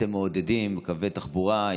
שאתם מעודדים, קווי תחבורה.